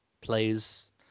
plays